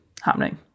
happening